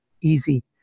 easy